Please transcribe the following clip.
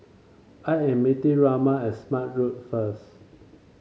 I am meeting Ramon at Smart Road first